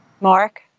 Mark